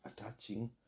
attaching